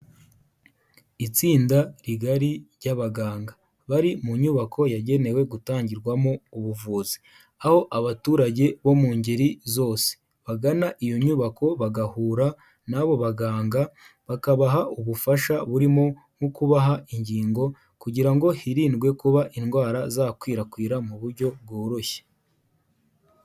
Itsinda rigari ry'abaganga, bari mu nyubako yagenewe gutangirwamo ubuvuzi, aho abaturage bo mu ngeri zose bagana iyo nyubako bagahura n'abo baganga, bakabaha ubufasha burimo nko kubaha ingingo, kugira ngo hirindwe kuba indwara zakwirakwira mu buryo bworoshye.